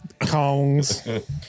Kongs